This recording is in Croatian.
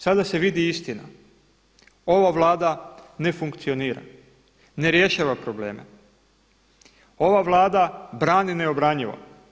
Sada se vidi istina, ova Vlada ne funkcionira, ne rješava probleme, ova Vlada brani neobranjivo.